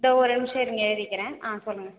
தோ ஒரேயொரு நிமிடம் இருங்க எழுதிக்கிறேன் ஆ சொல்லுங்கள்